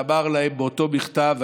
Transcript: ואמר להם באותו מכתב,